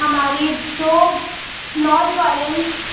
ہماری جو non violence